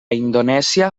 indonèsia